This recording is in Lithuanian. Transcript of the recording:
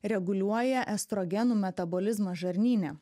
reguliuoja estrogenų metabolizmą žarnyne